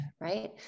right